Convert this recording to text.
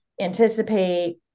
anticipate